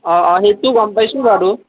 অঁ অঁ সেইটো গম পাইছোঁ বাৰু